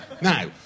Now